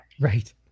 right